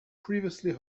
previously